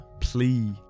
plea